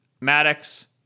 maddox